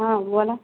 हँ बोलऽ